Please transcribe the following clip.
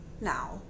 now